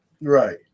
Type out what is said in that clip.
Right